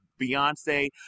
Beyonce